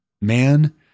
man